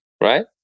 right